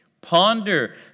Ponder